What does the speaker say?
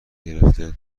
گرفته